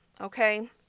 okay